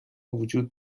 وجود